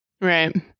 Right